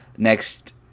Next